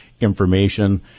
information